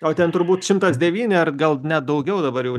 o ten turbūt šimtas devyni ar gal net daugiau dabar jau